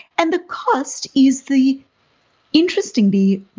and the cost is the interesting be.